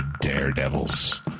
daredevils